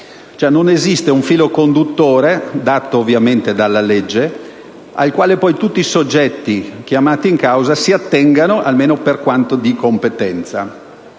non esiste un filo conduttore, dato ovviamente dalla legge, al quale poi tutti i soggetti chiamati in causa si attengono, almeno per quanto di competenza.